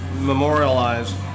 memorialized